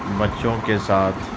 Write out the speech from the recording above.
بچوں کے ساتھ